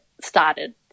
started